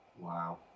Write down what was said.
Wow